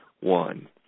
One